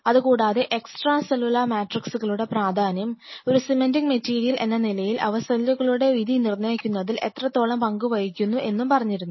അതുകൂടാതെ extra cellular മാട്രിക്സ്സുകളുടെ പ്രാധാന്യം ഒരു സിമെന്റിങ് മെറ്റീരിയൽ എന്ന നിലയിൽ അവർ സെല്ലുകളുടെ വിധി നിർണയിക്കുന്നതിൽ എത്രത്തോളം പങ്കുവയ്ക്കുന്നു എന്നും പറഞ്ഞിരുന്നു